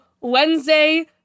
Wednesday